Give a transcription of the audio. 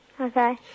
Okay